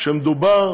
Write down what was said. שמדובר